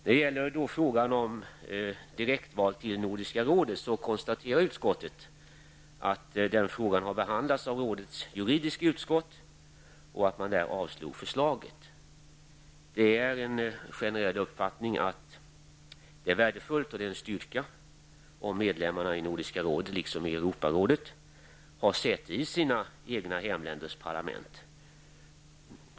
När det gäller frågan om direktval till Nordiska rådet konstaterar utskottet att frågan har behandlats av rådets juridiska utskott och att man där avslog förslaget. Det är en generell uppfattning att det är värdefullt och en styrka om medlemmarna i Nordiska rådet, liksom medlemmarna i Europarådet, har säte i sina hemländers parlament.